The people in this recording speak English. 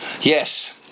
yes